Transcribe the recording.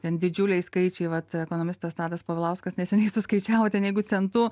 ten didžiuliai skaičiai vat ekonomistas tadas povilauskas neseniai suskaičiavo ten jeigu centu